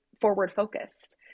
forward-focused